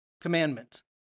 commandments